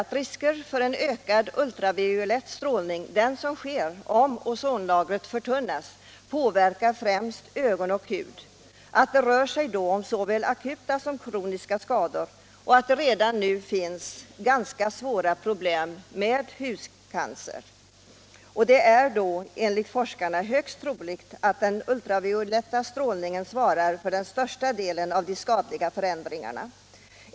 170 påtalar att den ökade ultravioletta strålning som uppkommer om ozonlagret förtunnas påverkar främst ögon och hud, att det rör sig om såväl akuta som kroniska skador och att det redan nu förekommer ganska svåra fall av hudcancer. Enligt forskarna är det högst troligt att den ökade ultravioletta strålningen svarar för största delen av de skadliga förändringarna.